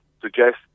suggest